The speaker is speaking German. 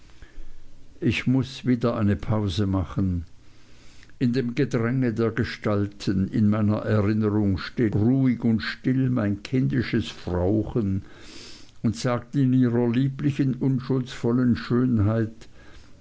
ich muß wieder eine pause machen in dem gedränge der gestalten in meiner erinnerung steht ruhig und still mein kindisches frauchen und sagt in ihrer lieblichen unschuldsvollen schönheit